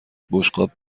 بشقاب